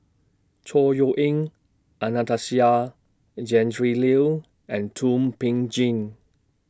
Chor Yeok Eng Anastasia Tjendri Liew and Thum Ping Tjin